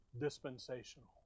dispensational